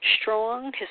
strong